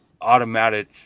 automatic